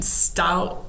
stout